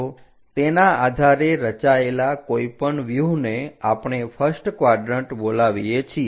તો તેના આધારે રચાયેલા કોઈ પણ વ્યુહને આપણે ફર્સ્ટ ક્વાડરન્ટ બોલાવીએ છીએ